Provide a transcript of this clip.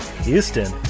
Houston